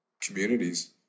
communities